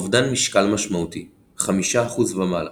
אובדן משקל משמעותי 5% ומעלה,